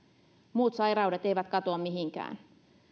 muut sairaudet eivät katoa mihinkään